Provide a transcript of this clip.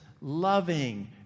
loving